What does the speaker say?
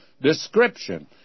description